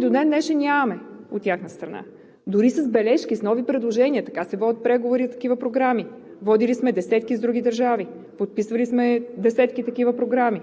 До ден днешен ние нямаме отговори от тяхна страна дори с бележки, с нови предложения – така се водят преговори за такива програми. Водили сме десетки с други държави, подписвали сме десетки такива програми.